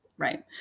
Right